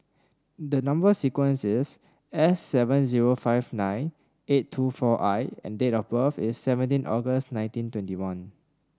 the number sequence is S seven zero five nine eight two four I and date of birth is seventeen August nineteen twenty one